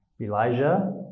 Elijah